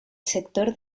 sector